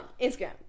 Instagram